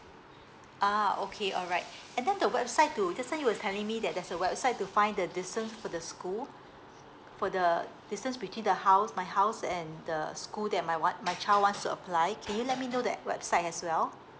ah okay all right and then the website to just now you were telling me that there's a website to find the distance for the school for the distance between the house my house and the school that my what my child wants to apply can you let me know that website as well